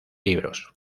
libros